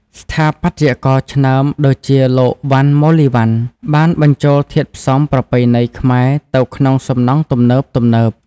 ស្ថាបត្យករឆ្នើមដូចជាលោក វណ្ណ ម៉ូលីវណ្ណ បានបញ្ចូលធាតុផ្សំប្រពៃណីខ្មែរទៅក្នុងសំណង់ទំនើបៗ។